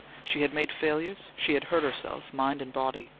she had made failures, she had hurt herself, mind and body,